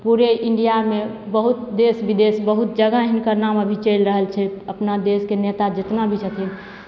पूरे इण्डियामे बहुत देश विदेश बहुत जगह हिनकर नाम अभी चलि रहल छै अपना देशके नेता जेतना भी छथिन